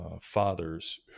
fathers